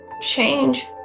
change